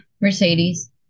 Mercedes